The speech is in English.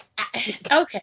okay